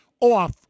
off